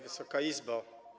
Wysoka Izbo!